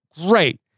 Great